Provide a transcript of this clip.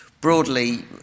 broadly